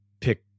pick